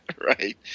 Right